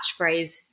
catchphrase